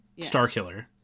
Starkiller